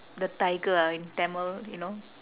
the tiger ah in tamil you know